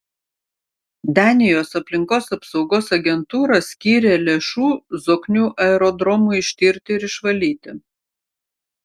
danijos aplinkos apsaugos agentūra skyrė lėšų zoknių aerodromui ištirti ir išvalyti